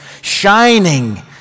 shining